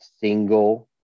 single